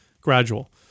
gradual